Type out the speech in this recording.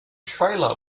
trailer